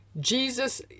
Jesus